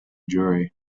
jury